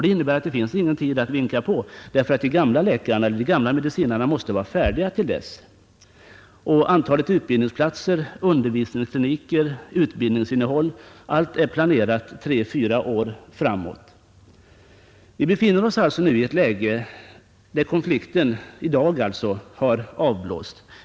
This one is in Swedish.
Det innebär att det inte finns mycket tid att vinka på, då de gamla medicinarna måste vara färdiga till dess. Antalet utbildningsplatser, undervisningskliniker, utbildningsinnehåll — allt är planerat tre fyra år framåt. Vi befinner oss ju i det läget att konflikten i dag har avblåsts.